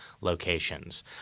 locations